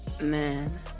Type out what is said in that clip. Man